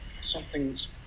something's